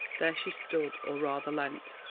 there she stood or rather leant,